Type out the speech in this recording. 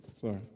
Sorry